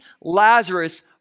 Lazarus